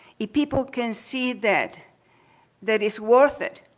if people can see that that is worth it.